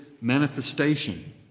manifestation